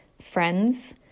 friends